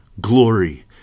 Glory